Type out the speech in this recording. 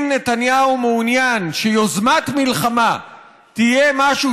אם נתניהו מעוניין שיוזמת מלחמה תהיה משהו